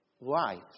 life